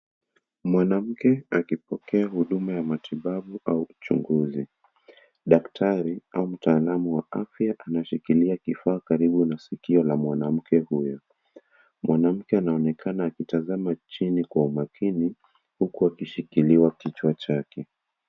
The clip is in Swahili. Mwanamke akipokea huduma ya matibabu au uchunguzi . Daktari au mtaalamu wa afya anashikilia kifaa karibu na sikio la mwanamke huyo. Mwanamke anaonekana akitazama chini kwa umakini huku akishikiliwa kichwa chake.